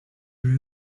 are